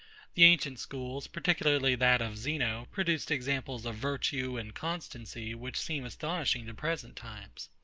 the ancient schools, particularly that of zeno, produced examples of virtue and constancy which seem astonishing to present times.